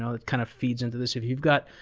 ah that kind of feeds into this, if you've got.